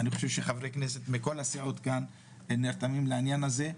חברי כנסת מכל הסיעות נרתמים לעניין הזה.